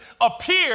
appear